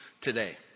today